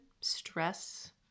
stress